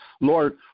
Lord